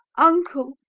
uncle!